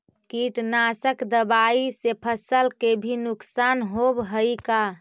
कीटनाशक दबाइ से फसल के भी नुकसान होब हई का?